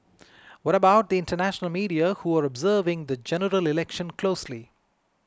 what about the international media who are observing the G E closely